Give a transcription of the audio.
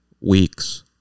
week's